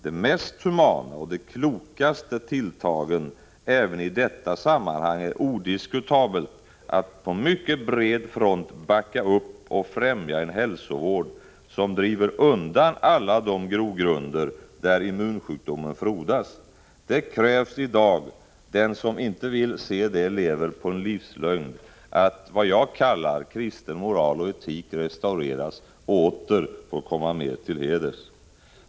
De mest humana och de klokaste tilltagen även i detta sammanhang är odiskutabelt att på mycket bred front backa upp och främja en hälsovård som driver undan alla de grogrunder där immunsjukdomen frodas. Det krävs i dag — den som inte vill se det lever på en livslögn — att vad jag kallar kristen moral och etik restaureras och åter får komma mer till heders.